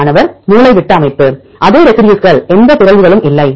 மாணவர் மூளைவிட்ட அமைப்பு அதே ரெசி டியூஸ்கள் எந்த பிறழ்வுகளும் இல்லை